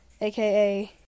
aka